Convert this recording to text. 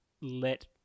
let